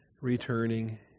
returning